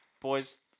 Boys